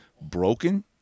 broken